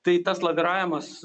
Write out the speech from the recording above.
tai tas laviravimas